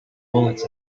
bullets